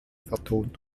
vertont